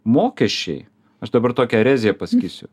mokesčiai aš dabar tokią ereziją pasakysiu